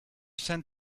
send